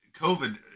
COVID